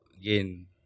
again